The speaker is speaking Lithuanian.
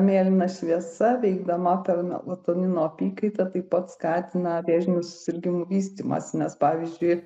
mėlyna šviesa veikdama per melatonino apykaitą taip pat skatina vėžinių susirgimų vystymąsi nes pavyzdžiui